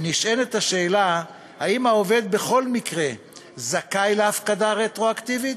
נשאלת השאלה אם העובד בכל מקרה זכאי להפקדה רטרואקטיבית,